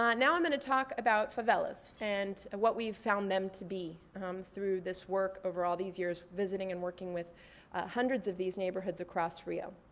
um now i'm gonna talk about favelas and what we've found them to be through this work over all these years visiting and working with hundreds of these neighborhoods across rio.